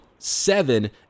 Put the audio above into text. seven